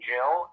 Jill